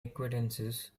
acquaintances